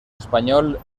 español